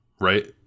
right